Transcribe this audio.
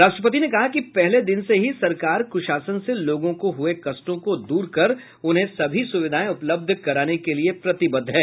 राष्ट्रपति ने कहा कि पहले दिन से ही सरकार कुशासन से लोगों को हुए कष्टों को दूर करके उन्हें सभी सुविधाएं उपलब्ध कराने के लिए प्रतिबद्ध है